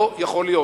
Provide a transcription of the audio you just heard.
לא יכול להיות.